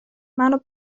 منو